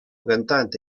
cantante